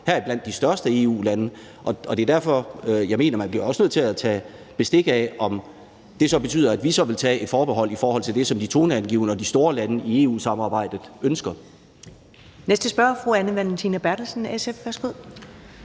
det, heriblandt de største EU-lande, og det er derfor, jeg mener, at man også bliver nødt til at tage bestik af, om det så betyder, at vi vil tage et forbehold i forhold til det, som de toneangivende og de store lande i EU-samarbejdet ønsker. Kl. 14:34 Første næstformand (Karen Ellemann): Den